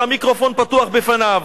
שהמיקרופון פתוח בפניו: